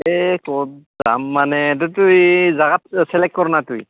এই ক'ত যাম মানে এইটোতো এই জাগাত চিলেক্ট কৰ না তুই